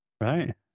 Right